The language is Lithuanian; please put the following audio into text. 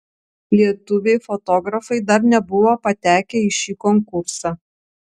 lietuviai fotografai dar nebuvo patekę į šį konkursą